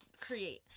create